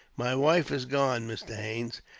my wife has gone, mr. haines